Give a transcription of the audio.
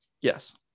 Yes